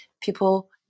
people